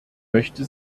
möchte